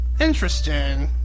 interesting